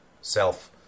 self